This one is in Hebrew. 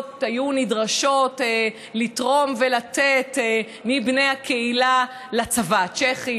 היו נדרשות לתרום ולתת מבני הקהילה לצבא הצ'כי,